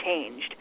changed